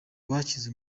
bashyize